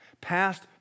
past